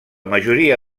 majoria